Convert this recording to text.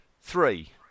Three